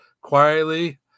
quietly –